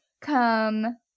come